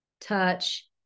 touch